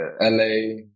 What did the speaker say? LA